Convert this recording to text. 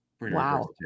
Wow